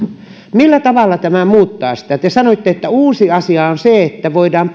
millä tavalla tämä muuttaa sitä te sanoitte että uusi asia on se että voidaan